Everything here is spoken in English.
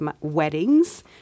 weddings